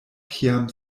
kiam